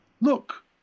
Look